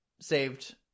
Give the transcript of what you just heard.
saved